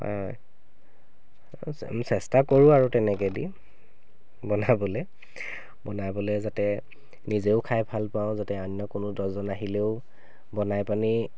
আমি চেষ্টা কৰোঁ আৰু তেনেকৈ দি বনাবলৈ বনাবলৈ যাতে নিজেও খাই ভাল পাওঁ যাতে অন্য কোনো দহজন আহিলেও বনাই পেনি